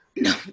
No